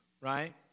right